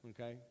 Okay